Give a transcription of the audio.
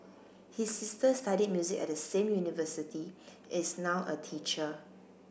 his sister studied music at the same university and is now a teacher